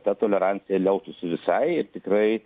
ta tolerancija liautųsi visai ir tikrai